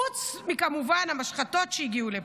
כמובן, חוץ מהמשחתות שהגיעו לפה.